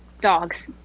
Dogs